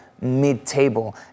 mid-table